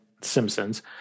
Simpsons